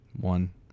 One